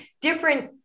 different